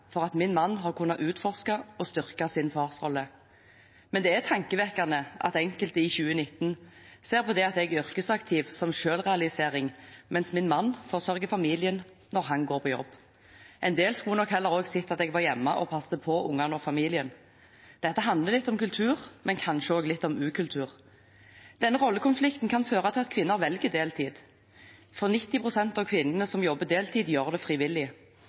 for at min mann har kunnet utforske og styrke sin farsrolle. Men det er tankevekkende at enkelte – i 2019 – ser på det at jeg er yrkesaktiv, som selvrealisering, mens min mann forsørger familien når han går på jobb. En del skulle nok heller sett at jeg var hjemme og passet på ungene og familien. Dette handler litt om kultur, eller kanskje snarere om ukultur. Denne rollekonflikten kan føre til at kvinner velger deltid, for 90 pst. av kvinnene som jobber deltid, gjør det frivillig.